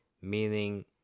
meaning